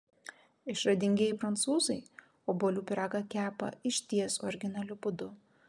išradingieji prancūzai obuolių pyragą kepa išties originaliu būdu